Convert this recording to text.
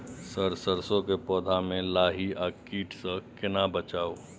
Sir सरसो के पौधा में लाही आ कीट स केना बचाऊ?